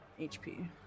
HP